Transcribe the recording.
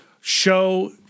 show